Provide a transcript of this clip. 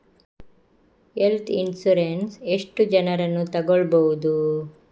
Health insurance ಎಷ್ಟು ಜನರನ್ನು ತಗೊಳ್ಬಹುದು?